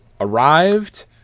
arrived